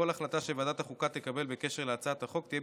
כל החלטה שוועדת החוקה תקבל בקשר להצעת החוק תהיה